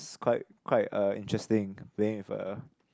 is quite quite uh interesting playing with a